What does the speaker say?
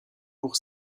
pour